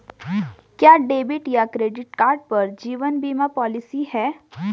क्या डेबिट या credit card पर जीवन बीमा पॉलिसी होती है?